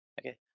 okay